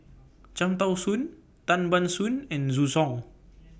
Cham Tao Soon Tan Ban Soon and Zhu Hong